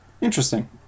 interesting